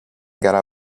gara